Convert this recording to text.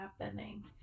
happening